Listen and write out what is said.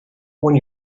when